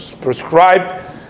prescribed